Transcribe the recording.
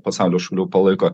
pasaulio šalių palaiko